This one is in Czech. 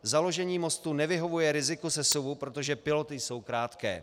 Založení mostu nevyhovuje riziku sesuvu, protože piloty jsou krátké.